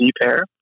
pair